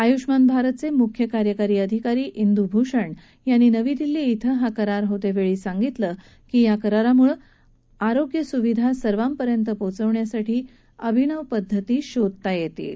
आय्ष्मान भारत चे म्ख्य कार्यकारी अधिकारी इंद्भूषण यांनी नवी दिल्ली इथं हा करार होते वेळी सांगितलं की या कराराम्ळं आरोग्य स्विधा सर्वांपर्यंत पोहोचवण्यासाठी अभिनव पद्धती शोधता येतील